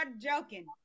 joking